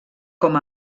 com